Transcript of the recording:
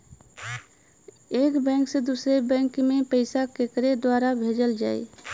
एक बैंक से दूसरे बैंक मे पैसा केकरे द्वारा भेजल जाई?